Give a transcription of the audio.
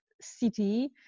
city